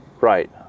Right